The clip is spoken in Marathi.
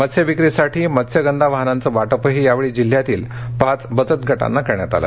मत्स्यविक्रीसाठी मत्स्यगंधा वाहनांचं वाटपही यावेळी जिल्ह्यातील पाच बचत गटांना करण्यात आले